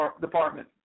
Department